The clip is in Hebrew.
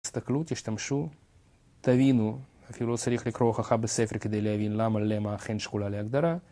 תסתכלו, תשתמשו, תבינו. אפילו לא צריך לקרוא הוכחה בספר, כדי להבין למה למה אכן שקולה להגדרה.